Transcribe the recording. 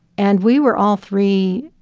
and we were all three,